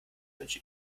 wünsche